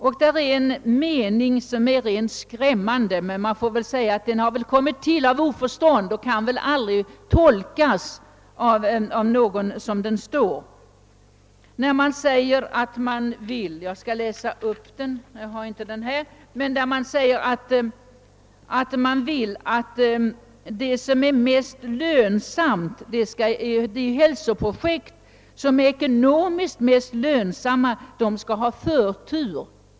Där finns en mening som är rent skrämmande, men den har väl kommit till i oförstånd och kan väl inte tolkas som den står. Man skriver att de hälsovårdsprojekt som är ekonomiskt mest lönsamma skall ha förtur.